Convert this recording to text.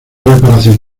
reparación